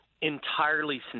entirely